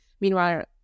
meanwhile